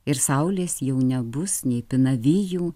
ir saulės jau nebus nei pinavijų